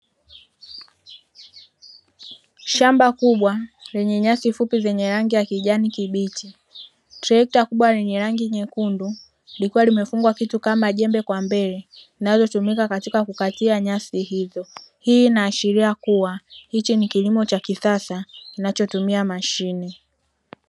Shamba kubwa, lenye nyasi fupi zenye rangi ya kijani kibichi, trekta kubwa lenye rangi nyekundu, likiwa limefungwa kitu kama jembe kwa mbele. Linalotumika katika kukatia nyasi hizo, hii inaashiria kuwa hiki ni kilimo cha kisasa kinachotumia mashine.